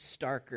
starker